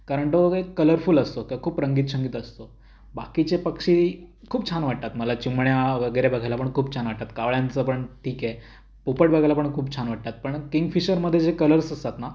कारण तो एक कलरफुल असतो किंवा खूप रंगीत शंगीत असतो बाकीचे पक्षी खूप छान वाटतात मला चिमण्या वगैरे बघायला पण खूप छान वाटतात कावळ्याचं पण ठीक आहे पोपट बघायला पण खूप छान वाटतात पण किंगफिशरमध्ये जे कलर्स असतात ना